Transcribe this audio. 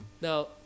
Now